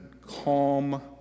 calm